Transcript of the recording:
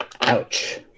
ouch